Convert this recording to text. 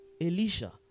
Elisha